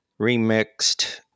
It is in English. remixed